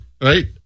Right